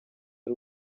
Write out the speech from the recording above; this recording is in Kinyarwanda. ari